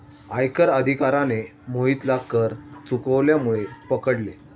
आयकर अधिकाऱ्याने मोहितला कर चुकवल्यामुळे पकडले